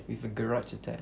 with a garage attached